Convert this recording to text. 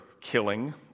killing